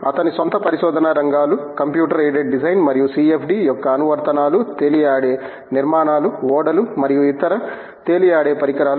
అతని స్వంత పరిశోధనా రంగాలు కంప్యూటర్ ఎయిడెడ్ డిజైన్ మరియు CFD యొక్క అనువర్తనాలు తేలియాడే నిర్మాణాలు ఓడలు మరియు ఇతర తేలియాడే పరీకరాలు